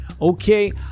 Okay